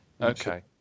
Okay